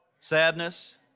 Sadness